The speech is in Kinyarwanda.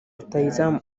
rutahizamu